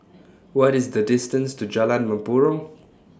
What IS The distance to Jalan Mempurong